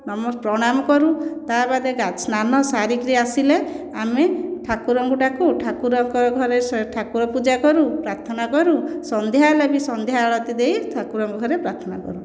ନାମ ପ୍ରଣାମ କରୁ ତା ବାଦ ସ୍ନାନ ସାରିକରି ଆସିଲେ ଆମେ ଠାକୁରଙ୍କୁ ଡାକୁ ଠାକୁରଙ୍କ ଘରେ ଠାକୁର ପୂଜା କରୁ ପ୍ରାର୍ଥନା କରୁ ସନ୍ଧ୍ୟା ହେଲେ ବି ସନ୍ଧ୍ୟା ଆଳତୀ ଦେଇ ଠାକୁରଙ୍କ ଘରେ ପ୍ରାର୍ଥନା କରୁ